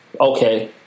okay